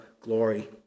glory